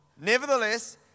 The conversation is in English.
Nevertheless